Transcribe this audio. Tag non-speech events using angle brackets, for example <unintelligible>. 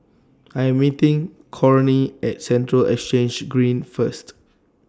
I Am meeting <unintelligible> At Central Exchange Green First